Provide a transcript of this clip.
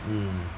mm